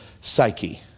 psyche